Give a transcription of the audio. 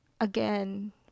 again